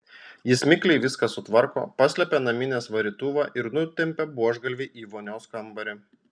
jis mikliai viską sutvarko paslepia naminės varytuvą ir nutempia buožgalvį į vonios kambarį